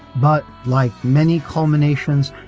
but like many combinations,